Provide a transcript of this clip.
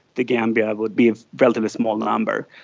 the gambia would be a relatively small number.